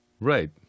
Right